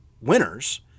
winners